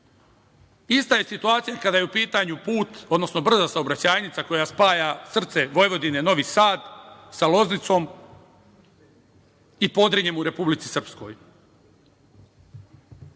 je situacija kada je u pitanju put, odnosno brza saobraćajnica koja spaja srce Vojvodine Novi Sad sa Loznicom i Podrinjem u Republici Srpskoj. Ozbiljne